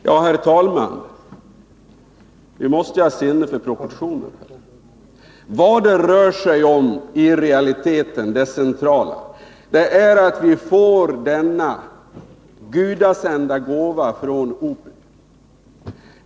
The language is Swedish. Herr talman! Vi måste ha sinne för proportioner. Vad det i realiteten rör sig om är att vi får denna gudasända gåva från OPEC.